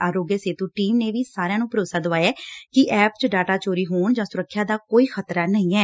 ਆਰੋਗਿਆ Setu team ਨੇ ਵੀ ਸਾਰਿਆਂ ਨੂੰ ਭਰੋਸਾ ਦਵਾਇਐ ਕਿ ਐਪ ਚ ਡਾਟਾ ਚੋਰੀ ਹੋਣ ਜਾਂ ਸੁਰੱਖਿਆ ਦਾ ਕੋਈ ਖ਼ਤਰਾ ਨਹੀਂ ਐ